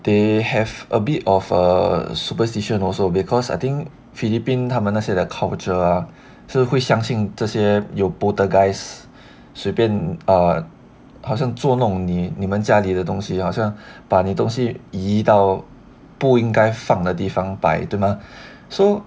they have a bit of a superstitious also because I think philippine 他们那些的 culture ah 是会相信这些有 boh 的 guys 随便 err 好像作弄你你们家的东西好像把你东西移到不应该放的东西摆是吗 so